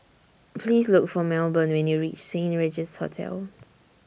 Please Look For Melbourne when YOU REACH Saint Regis Hotel